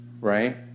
right